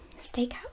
Steakhouse